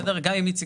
גם אם איציק,